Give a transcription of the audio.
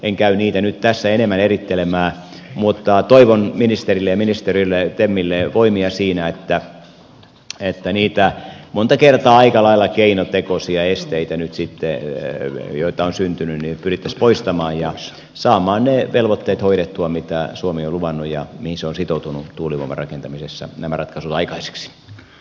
en käy niitä nyt tässä enemmän erittelemään mutta toivon ministerille ja ministeriölle temille voimia siinä että niitä monta kertaa aika lailla keinotekoisia esteitä nyt sitten joita on syntynyt pyrittäisiin poistamaan ja saamaan ne velvoitteet hoidettua mitä suomi on luvannut ja mihin se on sitoutunut tuulivoimarakentamisessa saataisiin nämä ratkaisut aikaiseksi